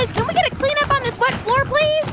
ah can we get a cleanup on this wet floor, please?